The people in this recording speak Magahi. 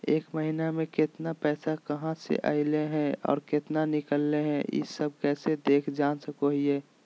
एक महीना में केतना पैसा कहा से अयले है और केतना निकले हैं, ई सब कैसे देख जान सको हियय?